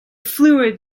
fluid